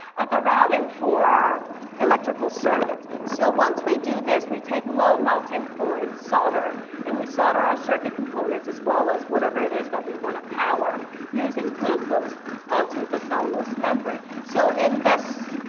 the routing for our electrical circuits so once we do this, we take low melting points solder and we solder our circuit components. as well as whatever it is that we want to power using glucose onto the cellose membrane. so in this.